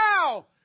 now